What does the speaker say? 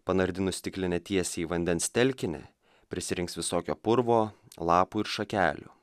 panardinu stiklinę tiesiai į vandens telkinį prisirinks visokio purvo lapų ir šakelių